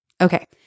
Okay